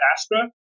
Astra